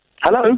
Hello